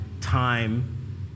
time